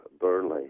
Burnley